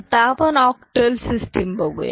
आता आपण ऑक्टल बघुया